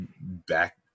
back